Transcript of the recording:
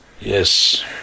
Yes